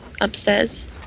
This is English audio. upstairs